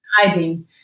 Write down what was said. Hiding